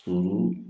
शुरू